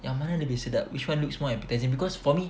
yang mana lebih sedap which one looks more appetising because for me